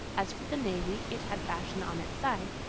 as for the navy, it had fashion on its side,